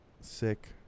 sick